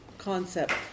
concept